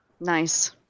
Nice